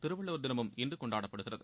திருவள்ளுவர் தினமும் இன்று கொண்டாடப்படுகிறது